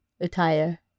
attire